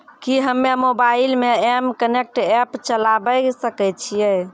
कि हम्मे मोबाइल मे एम कनेक्ट एप्प चलाबय सकै छियै?